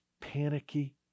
panicky